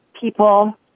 people